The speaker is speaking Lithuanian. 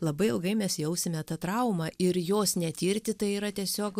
labai ilgai mes jausime tą traumą ir jos netirti tai yra tiesiog